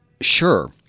Sure